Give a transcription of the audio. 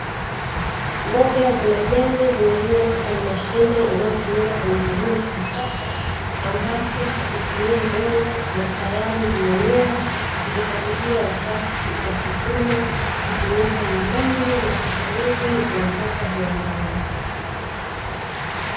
Mboga za majani, zimelimwa kwenye mashine inayotumika kwenye kilimo cha kisasa, ambacho hakitumii udongo na tayari zimemea, zikikaribia wakati wa kuvunwa, kutumika nyumbani, mahotelini na hata viwandani.